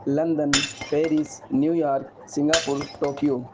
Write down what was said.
London Paris New York Singapore Tokyo